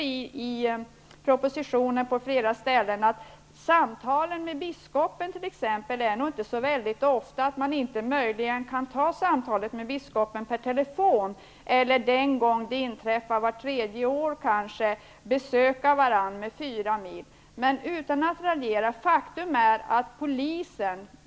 I propositionen står det på flera ställen att t.ex. samtalen med biskopen sker inte oftare än att de samtalen kan ske per telefon. De gånger de skall besöka varandra, kanske vart tredje år, kan de resa fyra mil.